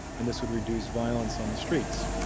and this would reduce violence on the streets.